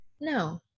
No